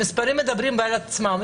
המספרים מדברים בעד עצמם.